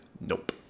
nope